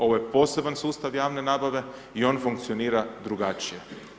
Ovo je poseban sustav javne nabave i on funkcionira drugačije.